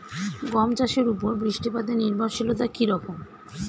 গম চাষের উপর বৃষ্টিপাতে নির্ভরশীলতা কী রকম?